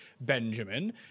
Benjamin